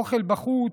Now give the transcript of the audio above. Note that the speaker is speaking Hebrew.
האוכל בחוץ,